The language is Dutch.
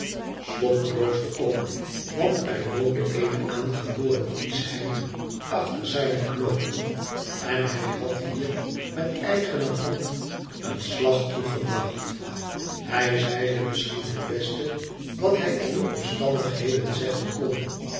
slop bloosde ook want er woonde eene aangeboren kieschheid achter zijne knoopen en hij had hier met eigene hand een slag toegebracht hij zeide misschien het beste wat hij in de omstandigheden zeggen kon